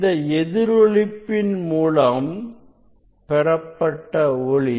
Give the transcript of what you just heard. இந்த எதிரொலி ப்பின் மூலம் பெறப்பட்ட ஒளி